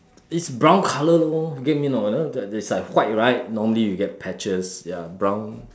it's brown colour lor get what I mean or not it's like white right normally you get patches ya brown